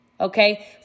Okay